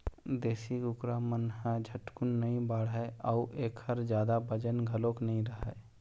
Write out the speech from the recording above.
देशी कुकरा मन ह झटकुन नइ बाढ़य अउ एखर जादा बजन घलोक नइ रहय